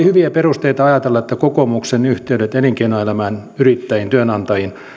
hyviä perusteita ajatella että kokoomuksen yhteydet elinkeinoelämään yrittäjiin työnantajiin